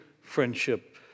friendship